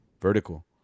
vertical